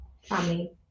family